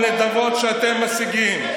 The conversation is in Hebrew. ובנדבות שאתם משיגים.